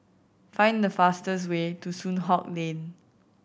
find the fastest way to Soon Hock Lane